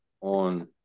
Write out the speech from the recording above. on